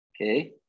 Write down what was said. Okay